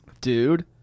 Dude